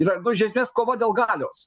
yra iš esmės kova dėl galios